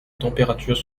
température